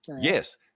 Yes